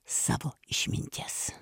savo išminties